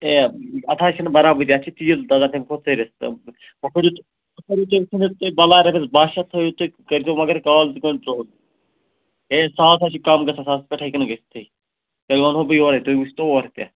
A اَتھ حظ چھِنہٕ بَرابٔدی اَتھ چھِ تیٖل دَزان تمہِ کھۄتہٕ ژٔرِس تہٕ وٕ کٔرِو تُہۍ تُہۍ کٔرِو تُہۍ ژھٕنِس تُہۍ بلاے رۄپیس بہہ شیٚتھ تھٲیِو تُہۍ کٔرۍ زٮ۪و مگر کال اے سُہ ہسا چھُے کَم گَژھان ساس پٮ۪ٹھ ہٮ۪کہِ نہٕ گٔژھتھٕے تیٚلہِ وَنہٕ ہو بہٕ یورَے تُہۍ وٕچھ تو اورٕ تہِ